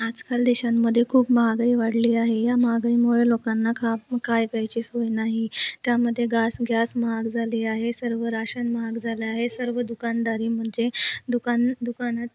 आजकाल देशांमध्ये खूप महागाई वाढली आहे या महागाईमुळे लोकांना खा खाय प्यायची सोय नाही त्यामध्ये गास गॅस महाग झाली आहे सर्व राशन महाग झालं आहे सर्व दुकानदारी म्हणजे दुकान दुकानात